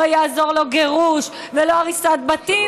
לא יעזרו לא גירוש ולא הריסת בתים,